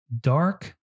Dark